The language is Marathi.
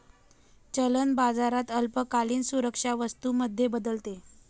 चलन बाजारात अल्पकालीन सुरक्षा वस्तू मध्ये बदलते